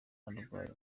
narwaye